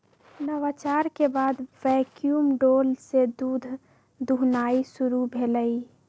नवाचार के बाद वैक्यूम डोल से दूध दुहनाई शुरु भेलइ